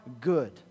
good